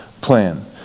plan